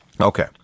Okay